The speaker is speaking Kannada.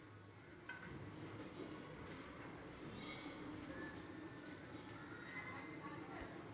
ಹಣ ಬೇರೆಯವರಿಗೆ ಹಾಕಿದಿವಿ ಅವಾಗ ಅದು ವಿಫಲವಾದರೆ?